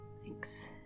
Thanks